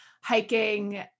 hiking